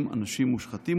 הם אנשים מושחתים,